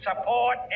support